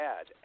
add